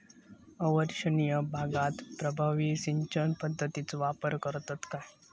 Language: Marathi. अवर्षणिय भागात प्रभावी सिंचन पद्धतीचो वापर करतत काय?